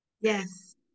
Yes